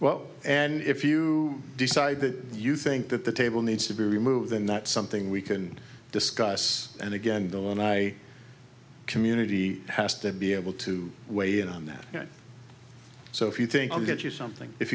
well and if you decide that you think that the table needs to be removed then that's something we can discuss and again then i community has to be able to weigh in on that so if you think i'll get you something if